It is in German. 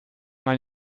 man